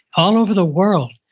all over the world.